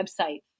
website